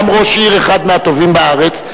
גם ראש עיר אחד מהטובים בארץ,